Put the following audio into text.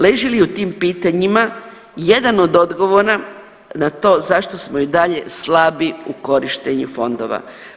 Leži li u tim pitanjima jedan od odgovora na to zašto smo i dalje slabi u korištenju fondova?